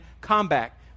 combat